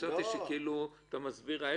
חשבתי שאתה מסביר ההפך.